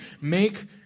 Make